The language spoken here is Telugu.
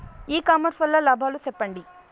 ఇ కామర్స్ వల్ల లాభాలు సెప్పండి?